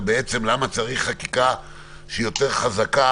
על בעצם למה צריך חקיקה שהיא יותר חזקה